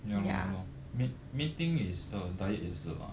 ya lor ya lor main main thing is uh diet 也是啦